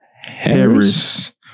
Harris